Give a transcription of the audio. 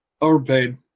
overpaid